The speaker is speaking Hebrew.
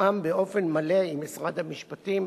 יתואם באופן מלא עם משרד המשפטים,